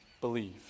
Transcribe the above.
believe